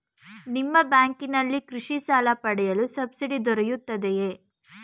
ನಿಮ್ಮ ಬ್ಯಾಂಕಿನಲ್ಲಿ ಕೃಷಿ ಸಾಲ ಪಡೆಯಲು ಸಬ್ಸಿಡಿ ದೊರೆಯುತ್ತದೆಯೇ?